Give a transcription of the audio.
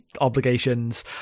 obligations